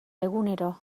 egunero